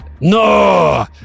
no